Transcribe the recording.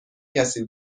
کسی